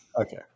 Okay